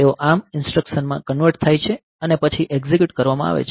તેઓ ARM ઇન્સટ્રકશનમાં convert થાય છે અને પછી એકઝીક્યુટ કરવામાં આવે છે